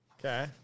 Okay